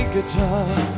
guitar